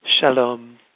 Shalom